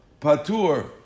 patur